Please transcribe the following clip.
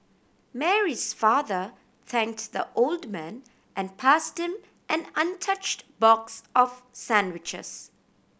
Mary's father thanks the old man and passed him an untouched box of sandwiches